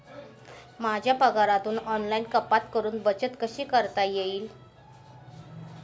माझ्या पगारातून ऑनलाइन कपात करुन बचत कशी करता येईल?